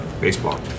Baseball